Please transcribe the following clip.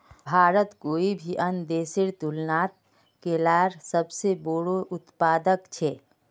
भारत कोई भी अन्य देशेर तुलनात केलार सबसे बोड़ो उत्पादक छे